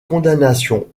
condamnations